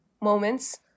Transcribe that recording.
moments